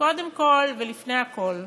קודם כול ולפני הכול,